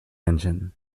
engine